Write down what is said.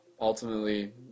Ultimately